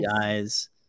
eyes